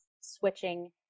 switching